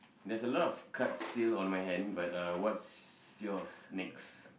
there's a lot of cuts still on my hand but uh what's yours next